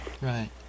Right